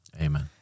Amen